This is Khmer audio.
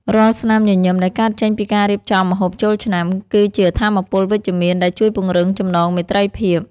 រាល់ស្នាមញញឹមដែលកើតចេញពីការរៀបចំម្ហូបចូលឆ្នាំ គឺជាថាមពលវិជ្ជមានដែលជួយពង្រឹងចំណងមេត្រីភាព។